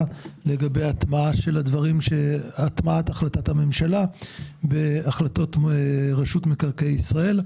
לגבי הטמעת החלטת הממשלה והחלטות רשות מקרקעי ישראל,